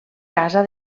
casa